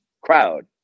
crowd